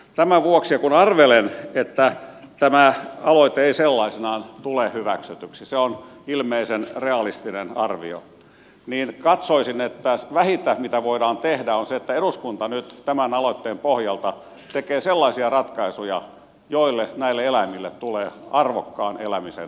tämän vuoksi ja kun arvelen että tämä aloite ei sellaisenaan tule hyväksytyksi se on ilmeisen realistinen arvio katsoisin että vähintä mitä voidaan tehdä on se että eduskunta nyt tämän aloitteen pohjalta tekee sellaisia ratkaisuja joilla näille eläimille tulee arvokkaan elämisen edellytykset